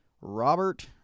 robert